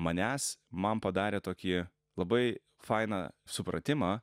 manęs man padarė tokį labai fainą supratimą